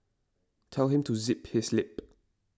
tell him to zip his lip